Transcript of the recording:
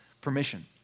permission